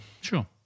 Sure